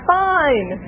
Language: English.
fine